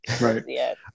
Right